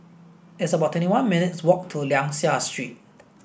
it's about twenty one minutes' walk to Liang Seah Street